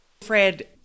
Fred